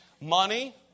money